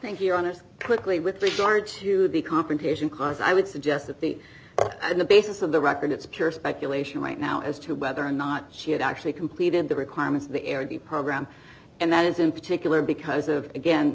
think you're honest quickly with regard to the confrontation because i would suggest that the on the basis of the record it's pure speculation right now as to whether or not she had actually completed the requirements of the area the program and that is in particular because of again